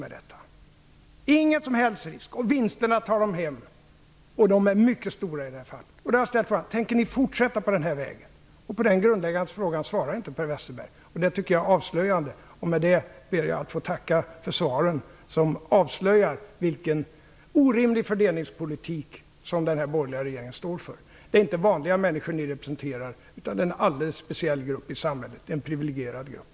Och man tar hem vinsterna som är mycket stora i det här fallet. Då har jag ställt frågan: Tänker ni fortsätta på den här vägen? Men på den grundläggande frågan svarar inte Per Westerberg. Det tycker jag är avslöjande. Och med detta ber jag att få tacka för svaren som avslöjar vilken orimlig fördelningspolitik som den borgerliga regeringen står för. Det är inte vanliga människor som ni representerar utan det är en alldeles speciell grupp i samhället, en priviligierad grupp.